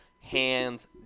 hands